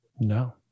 no